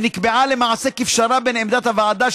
ונקבעה למעשה כפשרה בין עמדת הוועדה,